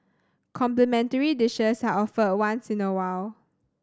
complimentary dishes are offered once in a while